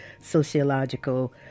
sociological